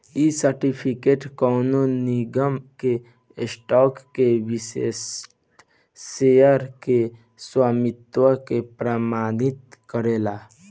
इ सर्टिफिकेट कवनो निगम के स्टॉक के विशिष्ट शेयर के स्वामित्व के प्रमाणित करेला